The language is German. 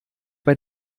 bei